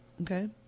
Okay